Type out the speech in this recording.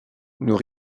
nous